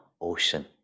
ocean